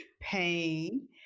Pain